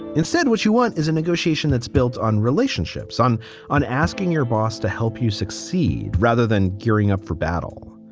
instead, what you want is a negotiation that's built on relationships. i'm on asking your boss to help you succeed rather than gearing up for battle.